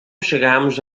chegamos